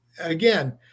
again